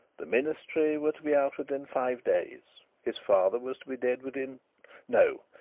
the ministry were to be out within five days his father was to be dead within no,